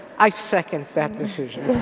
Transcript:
i second that decision.